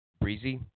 Breezy